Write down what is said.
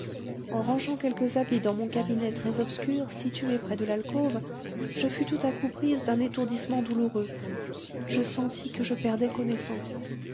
en rangeant quelques habits dans mon cabinet très obscur situé près de l'alcôve je fus tout à coup prise d'un étourdissement douloureux je sentis que je perdais connaissance